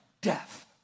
death